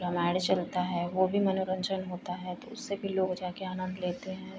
रामायण चलता है वो भी मनोरंजन होता है तो उससे भी लोग जा कर आनंद लेते हैं